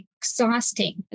exhausting